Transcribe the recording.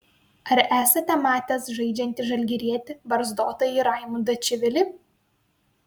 ar esate matęs žaidžiantį žalgirietį barzdotąjį raimundą čivilį